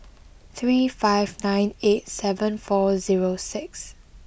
three five nine eight seven four zero six